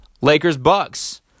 Lakers-Bucks